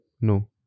No